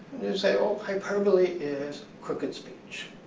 say, oh, hyperbole is crooked speech.